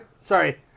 sorry